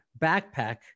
backpack